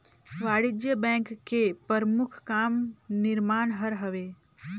वाणिज्य बेंक के परमुख काम निरमान हर हवे